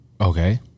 Okay